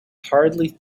hardly